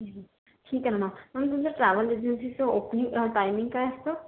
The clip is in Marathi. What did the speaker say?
हं हं ठीक आहे ना मॅम मॅम तुमच्या ट्रॅवल एजन्सीचं ओपनिंग टाइमिंग काय असतं